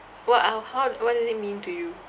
what or how what does it mean to you